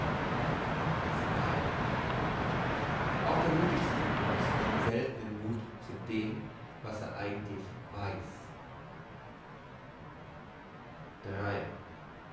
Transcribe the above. auch der muthigste von uns hat nur selten den muth zu dem was er eigentlich weiss